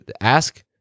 Ask